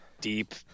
deep